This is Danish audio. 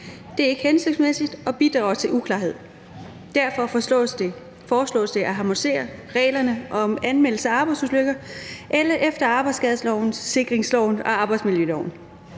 Det er ikke hensigtsmæssigt og bidrager også til uklarhed. Derfor foreslås det at harmonisere reglerne om anmeldelse af arbejdsulykker efter arbejdsskadesikringsloven og arbejdsmiljøloven.